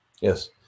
Yes